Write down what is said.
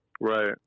Right